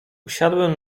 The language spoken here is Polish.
usiadłem